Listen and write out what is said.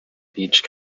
beach